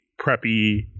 preppy